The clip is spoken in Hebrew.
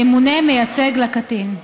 ימונה מייצג לקטין.